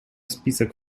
список